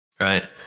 Right